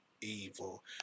evil